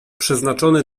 przeznaczony